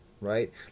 right